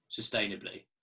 sustainably